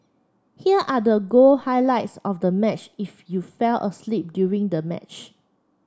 here are the goal highlights of the match if you fell asleep during the match